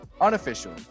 unofficial